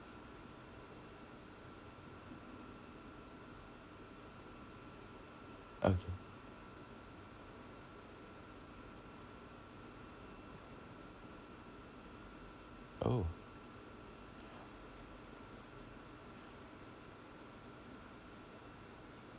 okay oh